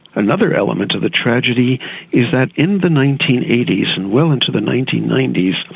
another element of the tragedy is that in the nineteen eighty s and well into the nineteen ninety s,